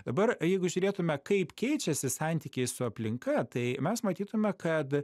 dabar jeigu žiūrėtume kaip keičiasi santykiai su aplinka tai mes matytume kad